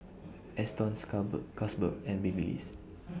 Astons Carlsberg and Babyliss